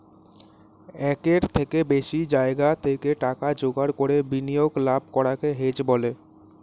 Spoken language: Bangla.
একের থেকে বেশি জায়গা থেকে টাকা জোগাড় করে বিনিয়োগে লাভ করাকে হেজ বলে